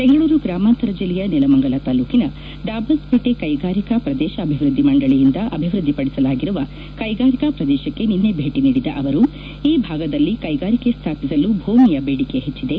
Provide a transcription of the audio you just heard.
ಬೆಂಗಳೂರು ಗ್ರಾಮಾಂತರ ಜಿಲ್ಲೆಯ ನೆಲಮಂಗಲ ತಾಲ್ಲೂಕಿನ ದಾಬಸ್ಪೇಟೆ ಕೈಗಾರಿಕಾ ಪ್ರದೇಶಾಭಿವೃದ್ದಿ ಮಂಡಳಿಯಿಂದ ಅಭಿವೃದ್ದಿಪಡಿಸಲಾಗಿರುವ ಕೈಗಾರಿಕಾ ಪ್ರದೇಶಕ್ಕೆ ನಿನ್ನೆ ಭೇಟಿ ನೀಡಿದ ಅವರು ಈ ಭಾಗದಲ್ಲಿ ಕೈಗಾರಿಕೆ ಸ್ವಾಪಿಸಲು ಭೂಮಿಯ ಬೇಡಿಕೆ ಹೆಚ್ಚಿದೆ